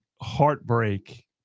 heartbreak